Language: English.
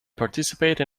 participate